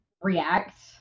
react